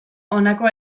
honako